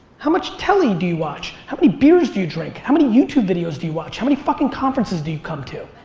how much telly do you watch? how many beers do you drink? how many youtube videos do you watch? how many fuckin' conferences do you come to?